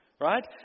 right